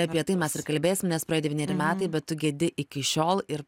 apie tai mes ir kalbėsimės praėjo devyneri metai bet tu gedi iki šiol ir